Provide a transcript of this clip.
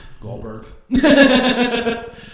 Goldberg